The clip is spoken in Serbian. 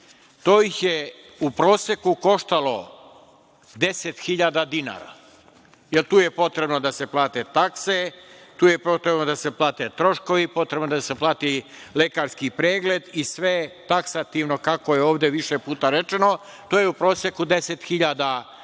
To ih je u proseku koštalo 10.000 dinara, jer tu je potrebno da se plate takse, tu je potrebno da se plate troškovi, potrebno je da se plati lekarski pregled i sve taksativno kako je ovde više puta rečeno, to je u proseku 10.000 dinara,